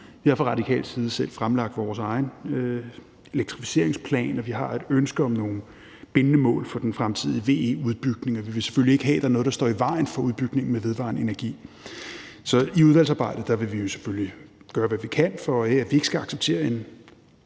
Vi har fra radikal side fremlagt vores egen elektrificeringsplan, og vi har et ønske om nogle bindende mål for den fremtidige VE-udbygning, og vi vil selvfølgelig ikke have, at der er noget, der står i vejen for udbygningen med vedvarende energi. Så i udvalgsarbejdet vil vi selvfølgelig gøre, hvad vi kan, for at vi ikke skal acceptere en